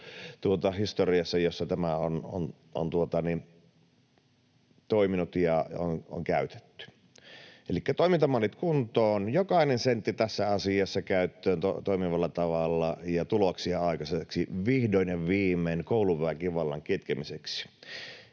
historiassa, jossa tämä on toiminut ja tätä on käytetty. Elikkä toimintamallit kuntoon, jokainen sentti tässä asiassa käyttöön toimivalla tavalla ja vihdoin ja viimein tuloksia aikaiseksi kouluväkivallan kitkemiseksi.